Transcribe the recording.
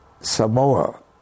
Samoa